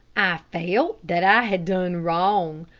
i felt that i had done wrong,